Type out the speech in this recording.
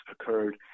occurred